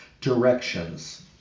directions